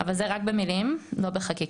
אבל זה רק במילים, לא בחקיקה.